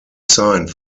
signed